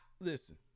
Listen